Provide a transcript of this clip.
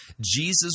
Jesus